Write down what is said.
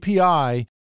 API